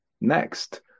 next